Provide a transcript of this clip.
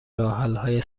راهحلهای